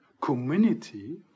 community